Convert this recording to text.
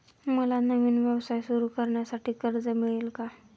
मला नवीन व्यवसाय सुरू करण्यासाठी कर्ज मिळेल का?